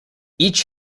each